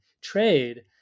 trade